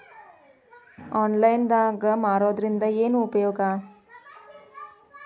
Online ನಾಗ್ ಮಾರೋದ್ರಿಂದ ಏನು ಉಪಯೋಗ?